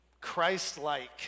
Christ-like